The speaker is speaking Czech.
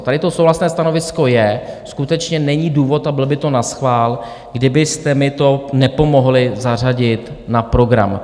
Tady to souhlasné stanovisko je, skutečně není důvod a bylo by to naschvál, kdybyste mi to nepomohli zařadit na program.